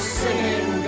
singing